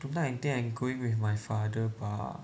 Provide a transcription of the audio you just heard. tonight I think I going with my father bah